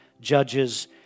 judges